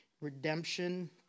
Redemption